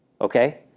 Okay